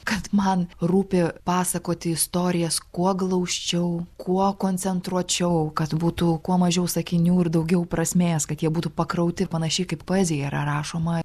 kad man rūpi pasakoti istorijas kuo glausčiau kuo koncentruočiau kad būtų kuo mažiau sakinių ir daugiau prasmės kad jie būtų pakrauti ir panašiai kaip poezija yra rašoma